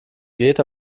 geht